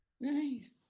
nice